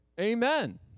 Amen